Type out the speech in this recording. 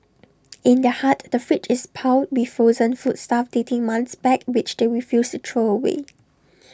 in their hut the fridge is piled with frozen foodstuff dating months back which they refuse to throw away